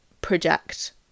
project